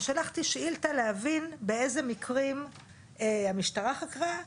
ושלחתי שאילתה להבין באילו מקרים המשטרה חקרה,